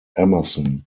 emerson